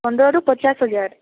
ପନ୍ଦରରୁ ପଚାଶ ହଜାର